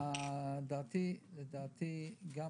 לדעתי גם